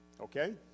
Okay